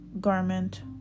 garment